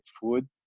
food